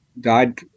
died